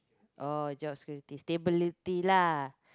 oh job security stability lah